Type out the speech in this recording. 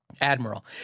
Admiral